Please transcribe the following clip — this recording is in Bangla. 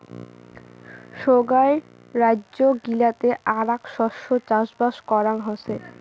সোগায় রাইজ্য গিলাতে আরাক শস্য চাষবাস করাং হসে